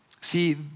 See